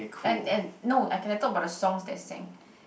and and no I can like talk about the songs they sang